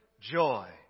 joy